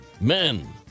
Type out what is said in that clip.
Men